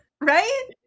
Right